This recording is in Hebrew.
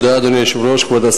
אדוני היושב-ראש,